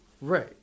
Right